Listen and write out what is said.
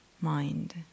mind